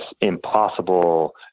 impossible